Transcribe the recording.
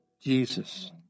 Jesus